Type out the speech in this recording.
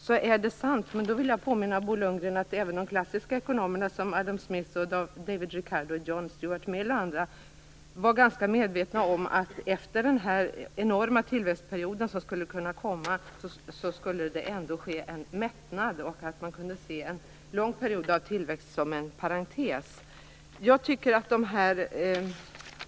Det är sant, men jag vill påminna Bo Lundgren om att även de klassiska ekonomerna - Adam Smith, David Ricardo, John Stuart Mill och andra - var ganska medvetna om att det efter den enorma tillväxtperioden skulle bli en mättnad. Man kunde se en lång period av tillväxt som en parentes.